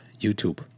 YouTube